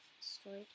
Story